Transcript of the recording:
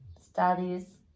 studies